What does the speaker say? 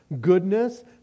goodness